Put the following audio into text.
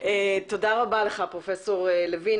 תודה רבה לך פרופ' לוין.